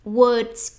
words